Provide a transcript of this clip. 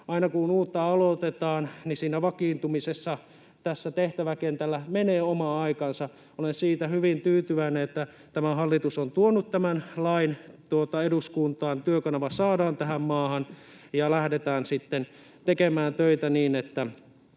aina, kun uutta aloitetaan, niin siinä vakiintumisessa tehtäväkentällä menee oma aikansa. Olen siitä hyvin tyytyväinen, että tämä hallitus on tuonut tämän lain eduskuntaan, Työkanava saadaan tähän maahan, ja lähdetään sitten tekemään töitä niin, että